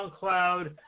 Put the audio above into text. SoundCloud